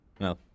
no